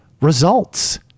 results